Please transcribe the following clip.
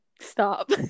stop